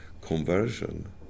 conversion